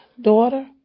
daughter